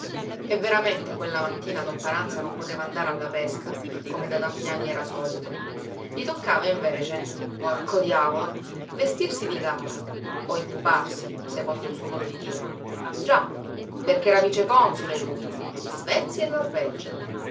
e veramente quella mattina don paranza non poteva andare alla pesca come da tanti anni era solito gli toccava invece porco diavolo vestirsi di gala o impuparsi secondo il suo modo di dire già perché era viceconsole lui di svezia e norvegia